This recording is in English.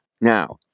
Now